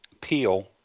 peel